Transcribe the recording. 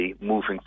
moving